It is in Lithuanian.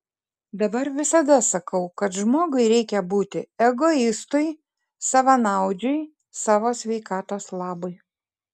dabar visada sakau kad žmogui reikia būti egoistui savanaudžiui savo sveikatos labui